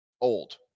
old